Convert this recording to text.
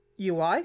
UI